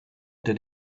did